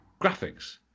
graphics